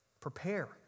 Prepare